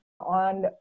on